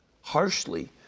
harshly